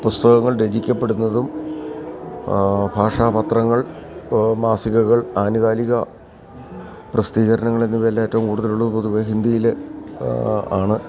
പുസ്തകങ്ങൾ രചിക്കപ്പെടുന്നതും ഭാഷാപത്രങ്ങൾ മാസികകൾ ആനുകാലിക പ്രസിദ്ധീകരണങ്ങൾ എന്നിവയെല്ലാം ഏറ്റവും കൂടുതലുള്ളത് പൊതുവേ ഹിന്ദിയില് ആണ്